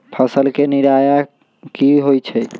फसल के निराया की होइ छई?